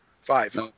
Five